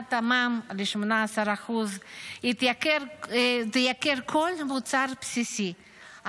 עליית המע"מ ל-18% תייקר כל מוצר בסיסי,